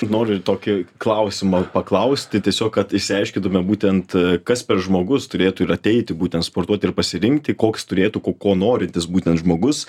noriu tokį klausimą paklausti tiesiog kad išsiaiškintume būtent kas per žmogus turėtų ir ateiti būtent sportuoti ir pasirinkti koks turėtų ko ko norintis būtent žmogus